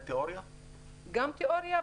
עכשיו טוענים שהבוחן יכשיל